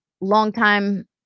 longtime